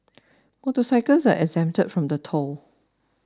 motorcycles are exempt from the toll